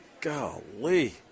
golly